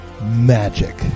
magic